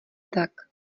tak